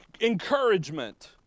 Encouragement